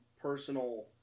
personal